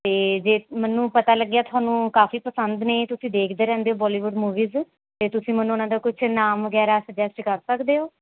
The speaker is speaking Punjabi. ਅਤੇ ਜੇ ਮੈਨੂੰ ਪਤਾ ਲੱਗਿਆ ਤੁਹਾਨੂੰ ਕਾਫੀ ਪਸੰਦ ਨੇ ਤੁਸੀਂ ਦੇਖਦੇ ਰਹਿੰਦੇ ਹੋ ਬੋਲੀਵੁੱਡ ਮੂਵੀਜ਼ ਅਤੇ ਤੁਸੀਂ ਮੈਨੂੰ ਉਹਨਾਂ ਦਾ ਕੁਛ ਨਾਮ ਵਗੈਰਾ ਸੁਜੈਸਟ ਕਰ ਸਕਦੇ ਹੋ